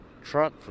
truck